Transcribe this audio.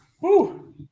Woo